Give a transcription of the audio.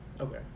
Okay